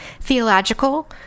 theological